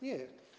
Nie.